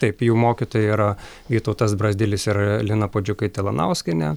taip jų mokytojai yra vytautas brazdylis ir lina puodžiukaitė lanauskienė